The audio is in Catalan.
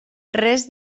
res